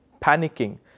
panicking